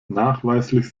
nachweislich